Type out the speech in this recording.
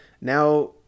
Now